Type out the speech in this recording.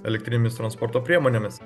elektrinėmis transporto priemonėmis